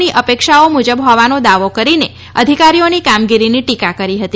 ની અપેક્ષાઓ મુજબ હોવાનો દાવો કરીને અધિકારીઓની કામગીરીની ટીકા કરી હતી